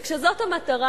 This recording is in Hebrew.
וכשזאת המטרה,